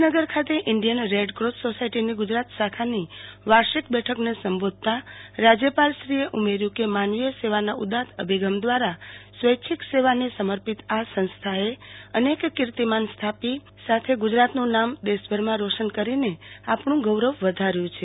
ગાંધીનગર ખાતે Indian Red Cross સોસાયટીની ગુજરાત શાખાની વાર્ષિક બેઠકને સંબોધતા રાજયપાલશ્રીએ ઉમેર્યુ કે માનવીય સેવાના ઉદાત અભિગમ દ્રારા સ્વૈચ્છિક સેવાને સમર્પિત આ સંસ્થાએ અનેક કિર્તીમાન સ્થાપિ સાથે ગુજરાતનું નામ દેશભરમાં રોશન કરીને આપણુ ગૌરવ વધાર્યુ છે